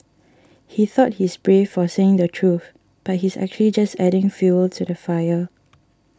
he thought he's brave for saying the truth but he's actually just adding fuel to the fire